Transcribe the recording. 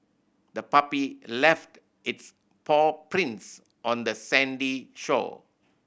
the puppy left its paw prints on the sandy shore